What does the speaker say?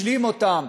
משלים אותם